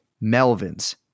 Melvin's